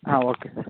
ಹಾಂ okay sir